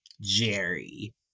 jerry